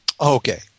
Okay